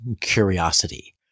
curiosity